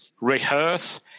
rehearse